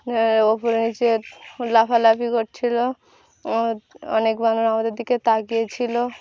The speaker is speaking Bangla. ওপরে নিচে লাফালাফি করছিল অনেক বানর আমাদের দিকে তাকিয়েছিল